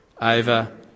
over